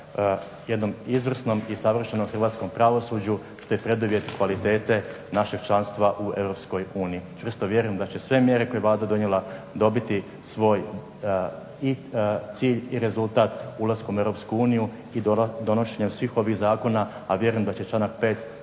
jednom izvornom i savršenom hrvatskom pravosuđu, te preduvjet kvalitete našeg članstva u Europskoj uniji. Čvrsto vjerujem da će sve mjere koje je Vlada donijela dobiti svoj i cilj i rezultat ulaskom u Europsku uniju i donošenjem svih ovih zakona, a vjerujem da će i članak 5.